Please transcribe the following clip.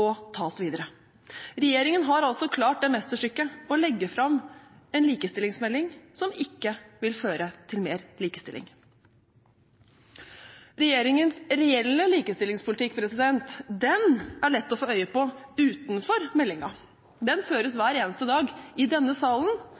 og ta oss videre. Regjeringen har altså klart det mesterstykket å legge fram en likestillingsmelding som ikke vil føre til mer likestilling. Regjeringens reelle likestillingspolitikk er lett å få øye på utenfor meldingen. Den føres hver eneste dag i denne salen